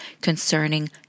concerning